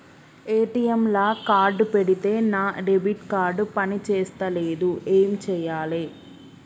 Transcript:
ATM లా card పెడితే నా డెబిట్ కార్డ్ పని చేస్తలేదు ఏం చేయాలే?